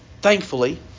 Thankfully